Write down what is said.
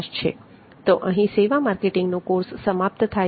તો અહીં સેવા માર્કેટિંગનો કોર્સ સમાપ્ત થાય છે